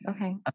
Okay